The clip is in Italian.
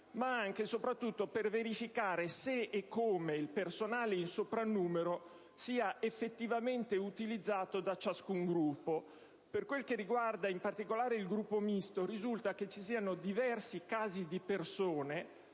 ma anche e soprattutto per verificare se e come il personale in soprannumero sia effettivamente utilizzato da ciascun Gruppo. Per quel che concerne, in particolare, il Gruppo Misto, risulta che ci siano diversi casi di persone